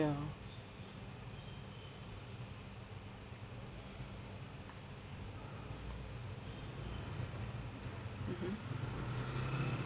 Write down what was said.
ya mmhmm